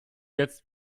jetzt